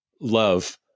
love